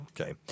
Okay